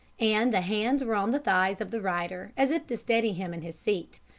and the hands were on the thighs of the rider, as if to steady him in his seat.